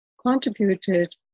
contributed